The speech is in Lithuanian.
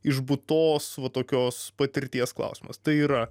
išbūtos va tokios patirties klausimas tai yra